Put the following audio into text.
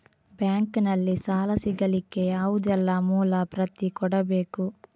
Bank ನಲ್ಲಿ ಸಾಲ ಸಿಗಲಿಕ್ಕೆ ಯಾವುದೆಲ್ಲ ಮೂಲ ಪ್ರತಿ ಕೊಡಬೇಕು?